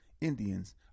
Indians